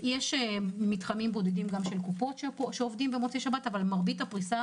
יש גם מתחמים בודדים של קופות חולים אבל מרבית הפריסה